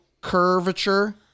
curvature